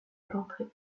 portrait